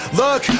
look